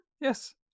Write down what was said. Yes